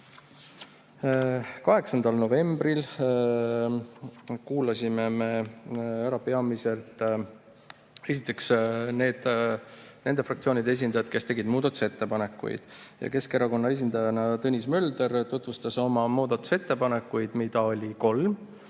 8. novembril me kuulasime ära peamiselt nende fraktsioonide esindajad, kes tegid muudatusettepanekuid. Keskerakonna esindaja Tõnis Mölder tutvustas oma muudatusettepanekuid, mida oli kolm.